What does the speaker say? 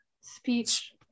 speech